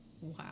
wow